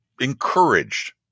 encouraged